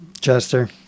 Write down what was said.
chester